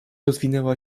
rozwinęła